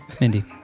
Mindy